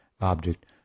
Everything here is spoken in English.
object